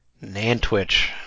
Nantwich